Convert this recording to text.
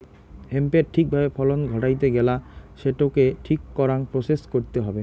হেম্পের ঠিক ভাবে ফলন ঘটাইতে গেলা সেটোকে ঠিক করাং প্রসেস কইরতে হবে